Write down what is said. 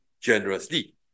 generously